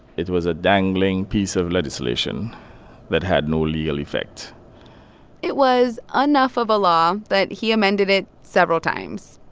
it was a dangling piece of legislation that had no legal effect it was enough of a law that he amended it several times.